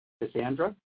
Cassandra